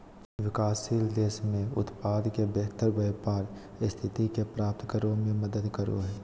विकासशील देश में उत्पाद के बेहतर व्यापार स्थिति के प्राप्त करो में मदद करो हइ